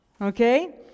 Okay